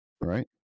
Right